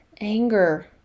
Anger